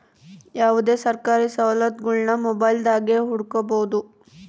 ಯಾವುದೇ ಸರ್ಕಾರಿ ಸವಲತ್ತುಗುಳ್ನ ಮೊಬೈಲ್ದಾಗೆ ಹುಡುಕಬೊದು